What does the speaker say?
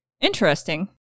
Interesting